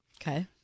Okay